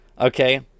Okay